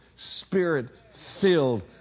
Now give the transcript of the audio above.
Spirit-filled